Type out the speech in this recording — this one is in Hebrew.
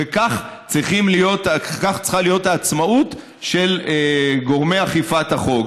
וכך צריכה להיות העצמאות של גורמי אכיפת החוק.